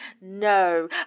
No